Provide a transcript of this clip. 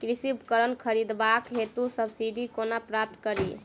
कृषि उपकरण खरीदबाक हेतु सब्सिडी कोना प्राप्त कड़ी?